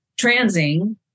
transing